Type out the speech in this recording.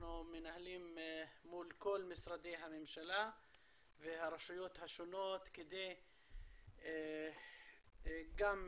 שאנחנו מנהלים מול כל משרדי הממשלה והרשויות השונות כדי גם לתרום,